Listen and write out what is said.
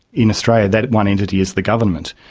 in australia that one entity is the government.